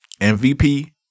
MVP